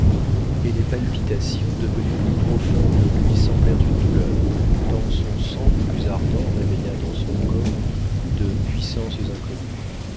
et les palpitations devenues plus profondes lui semblèrent une douleur tant son sang plus ardent réveilla dans son corps de puissances inconnues